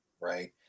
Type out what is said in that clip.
right